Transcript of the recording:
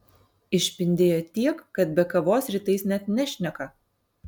išpindėjo tiek kad be kavos rytais net nešneka